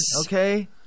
Okay